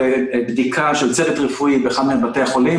בדיקה של צוות רפואי באחד מבתי החולים,